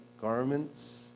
garments